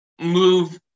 move